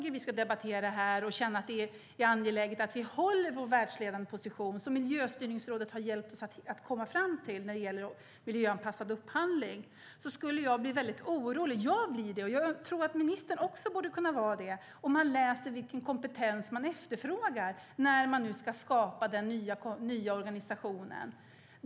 Om vi känner att det är angeläget att vi behåller vår världsledande position när det gäller miljöfrågor, som Miljöstyrningsrådet har hjälpt oss till när det gäller miljöanpassad upphandling, blir jag väldigt orolig - och jag tror att ministern också borde vara det - när jag läser vilken kompetens man efterfrågar när man nu ska skapa den nya organisationen.